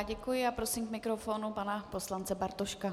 Děkuji a prosím k mikrofonu pana poslance Bartoška.